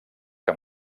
que